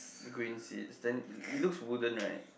green seats then it it looks wooden right